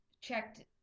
checked